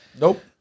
Nope